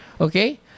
okay